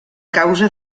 causa